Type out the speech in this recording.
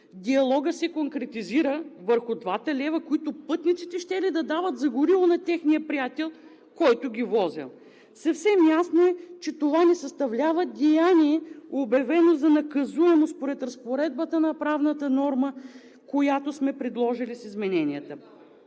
Диалогът се конкретизира върху двата лева, които пътниците щели да дават за гориво на техния приятел, който ги возел. Съвсем ясно е, че това не съставлява деяние, обявено за наказуемо, според разпоредбата на правната норма, която сме предложили с измененията.